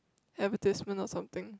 advertisement or something